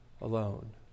alone